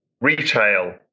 Retail